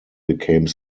became